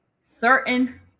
certain